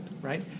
right